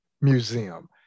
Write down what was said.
museum